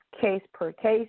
case-per-case